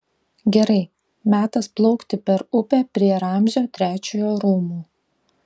gerai metas plaukti per upę prie ramzio trečiojo rūmų